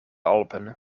alpen